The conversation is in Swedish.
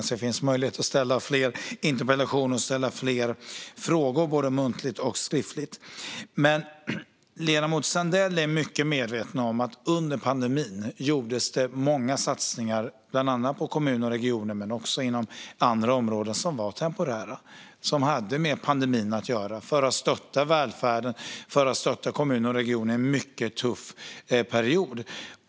Det finns alltså möjlighet att ställa fler interpellationer och fler frågor, både muntligen och skriftligen. Ledamoten Sandell är mycket medveten om att det under pandemin gjordes många satsningar på kommuner och regioner - och även inom andra områden - som var temporära. De hade med pandemin att göra och handlade om att stötta välfärden och stötta kommuner och regioner i en mycket tuff period.